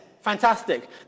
fantastic